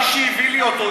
מי שהביא לו אותו,